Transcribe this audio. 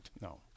No